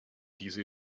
diese